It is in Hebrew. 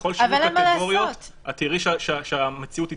ככל שיהיו קטגוריות, את תראי שהמציאות תתיישר.